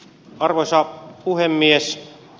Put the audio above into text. arvoisa puhemies